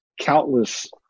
countless